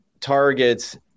targets